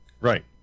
Right